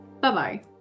Bye-bye